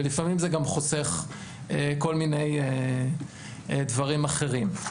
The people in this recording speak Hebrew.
ולפעמים זה גם חוסך כל מיני דברים אחרים.